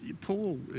Paul